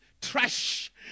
trash